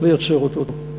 לייצר אותו.